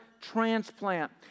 transplant